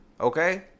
okay